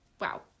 Wow